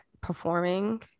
performing